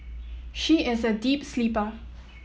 she is a deep sleeper